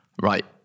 right